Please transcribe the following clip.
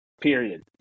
period